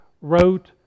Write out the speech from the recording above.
wrote